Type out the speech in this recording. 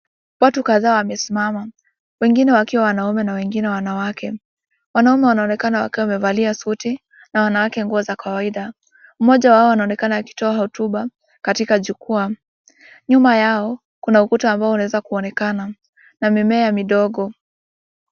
Watu kadhaa wamesimama wakiwa wanaume na wengine wanawake. Wanaume wanaonekana wakiwa wamevalia suti na wanawake nguo za kawaida. Mmoja wao anaonekana akitoa hotuba katika jukwaa. Nyuma yao kuna ukuta ambao unaweza kuonekana na mimea midogo.